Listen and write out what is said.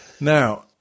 Now